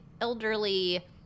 elderly